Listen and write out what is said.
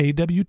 AWT